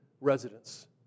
residents